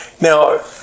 Now